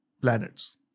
planets